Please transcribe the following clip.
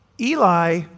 Eli